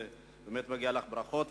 ובאמת מגיעות לך ברכות,